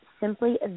simply